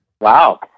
Wow